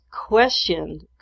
questioned